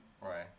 Right